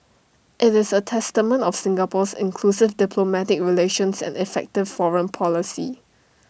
IT is A testament of Singapore's inclusive diplomatic relations and effective foreign policy